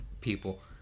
people